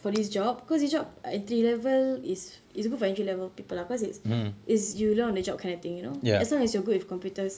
for this job because this job entry level is it's good for entry level people uh because it's it's you learn on the job kind of thing you know as long as you're good with computers